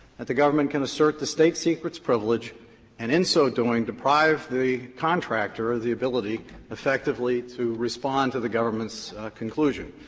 that the government can assert the state-secrets privilege and in so doing deprive the contractor of the ability effectively to respond to the government's conclusion.